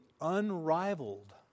unrivaled